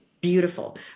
beautiful